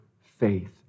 faith